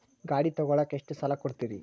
ಗಾಡಿ ತಗೋಳಾಕ್ ಎಷ್ಟ ಸಾಲ ಕೊಡ್ತೇರಿ?